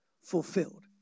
fulfilled